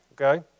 Okay